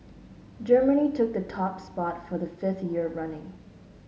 Germany took the top spot for the fifth year running